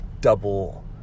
double